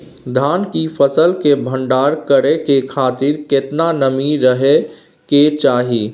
धान की फसल के भंडार करै के खातिर केतना नमी रहै के चाही?